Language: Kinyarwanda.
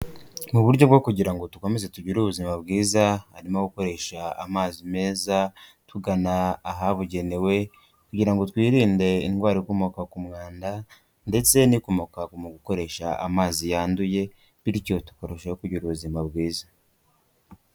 Mu buryo bwo kugira ngo dukomeze tugire ubuzima bwiza harimo gukoresha amazi meza, tugana ahabugenewe kugira ngo twirinde indwara ikomoka ku mwanda ndetse n'ikomaka mu gukoresha amazi yanduye bityo tukarushaho kugira ubuzima bwiza.